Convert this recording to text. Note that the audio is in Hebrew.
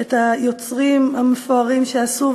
את היוצרים המפוארים שעשו,